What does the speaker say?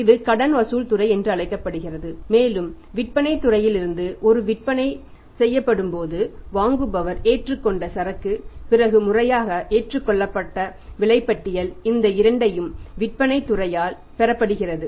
இது கடன் வசூல் துறை என்று அழைக்கப்படுகிறது மேலும் விற்பனைத் துறையிலிருந்து ஒரு விற்பனை செய்யப்படும்போது வாங்குபவர் ஏற்றுக்கொண்ட சரக்கு பிறகு முறையாக ஏற்றுக்கொள்ளப்பட்ட விலைப்பட்டியல் இந்த இரண்டையும் விற்பனைத் துறையால் பெறப்படுகிறது